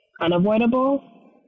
unavoidable